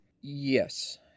Yes